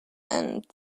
and